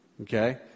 Okay